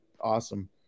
awesome